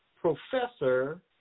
professor